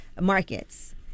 markets